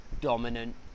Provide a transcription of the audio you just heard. dominant